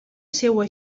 seua